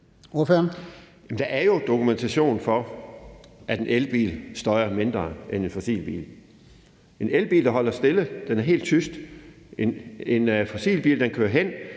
der er jo dokumentation for, at en elbil støjer mindre end en fossilbil. En elbil, der holder stille, er helt tyst. En fossilbil kører et